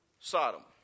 Sodom